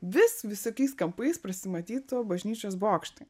vis visokiais kampais prasimatytų bažnyčios bokštai